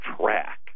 track